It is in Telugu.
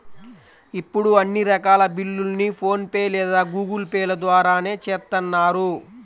ఇప్పుడు అన్ని రకాల బిల్లుల్ని ఫోన్ పే లేదా గూగుల్ పే ల ద్వారానే చేత్తన్నారు